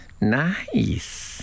Nice